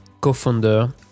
co-founder